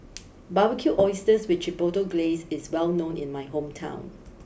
Barbecued Oysters with Chipotle Glaze is well known in my hometown